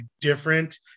different